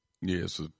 Yes